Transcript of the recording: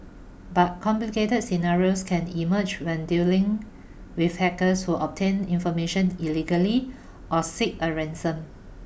but complicated scenarios can emerge when dealing with hackers who obtain information illegally or seek a ransom